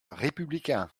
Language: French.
républicain